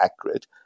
accurate